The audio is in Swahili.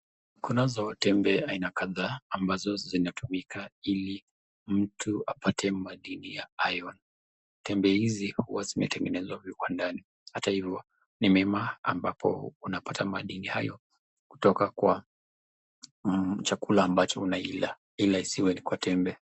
Kunazo tembe aina kadhaa ambazo zinatumika ili mtu apate madini ya iron . Tembe hizi huwa zimetengenezwa viwandani. Hata hivyo, ni mema ambapo unapata madini hayo kutoka kwa chakula ambacho unaila. Ila isiwe ni kwa tembe.